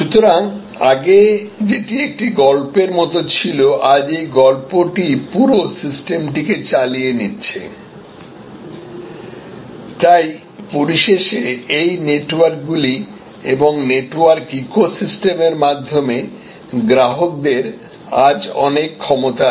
সুতরাং আগে যেটি একটি গল্পের মতো ছিল আজ এই গল্পটি পুরো সিস্টেমটিকে চালিয়ে নিয়ে যাচ্ছে তাই পরিশেষেএই নেটওয়ার্কগুলি এবং নেটওয়ার্ক ইকোসিস্টেম এর মাধ্যমে গ্রাহকদের আজ অনেক ক্ষমতা আছে